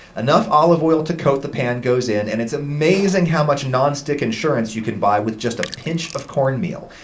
enough olive oil to coat the pan goes in, and it's amazing how much non-stick insurance you can buy with just a pinch of cornmeal.